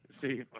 See